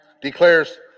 declares